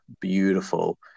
beautiful